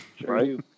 Right